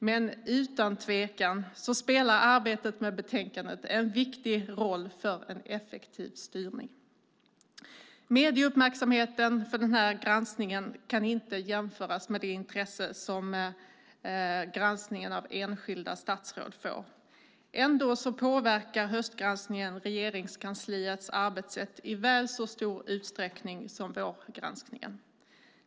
Men utan tvekan spelar arbetet med betänkandet en viktig roll för en effektiv styrning. Medieuppmärksamheten på den här granskningen kan inte jämföras med det intresse som granskningen av enskilda statsråd får. Ändå påverkar höstgranskningen Regeringskansliets arbetssätt i väl så stor utsträckning som vårgranskningen.